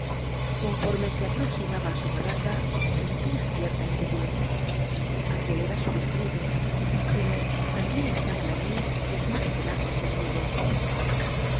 conforme se aproxima ba á su barraca sentía cierta inquietud aquel era su distrito pero también estaban allí sus más tenaces enemigos